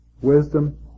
wisdom